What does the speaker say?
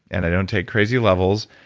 and i don't take crazy levels,